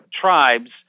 tribes